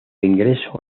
ingreso